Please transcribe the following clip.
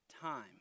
time